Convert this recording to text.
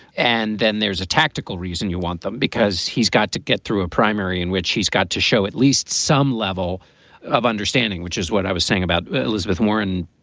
and then there's a tactical reason you want them because he's got to get through a primary in which he's got to show at least some level of understanding, which is what i was saying about elizabeth warren,